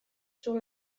sur